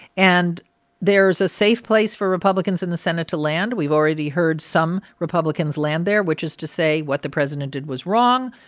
and there is a safe place for republicans in the senate to land. we've already heard some republicans land there, which is to say what the president did was wrong,